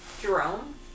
Jerome